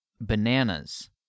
bananas